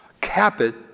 Capit